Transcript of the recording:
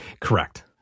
Correct